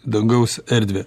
dangaus erdvę